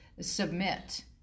submit